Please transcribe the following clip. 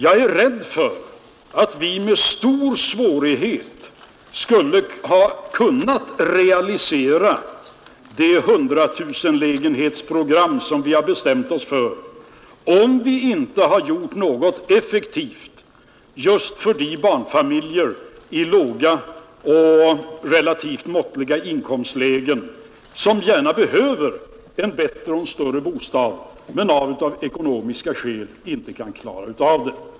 Jag tror att vi med stor svårighet skulle ha kunnat realisera det hundratusenlägenhetsprogram som vi har bestämt oss för, om vi inte hade gjort något effektivt just för de barnfamiljer i låga och relativt måttliga inkomstlägen som behöver en bättre och större bostad men som av ekonomiska skäl inte kan skaffa det.